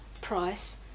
price